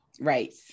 Right